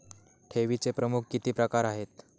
ठेवीचे प्रमुख किती प्रकार आहेत?